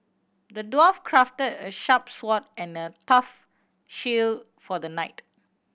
the dwarf crafted a sharp sword and a tough shield for the knight